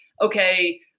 okay –